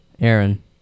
Aaron